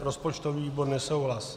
Rozpočtový výbor nesouhlas.